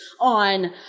on